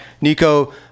Nico